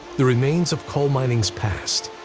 the remains of coal mining's past,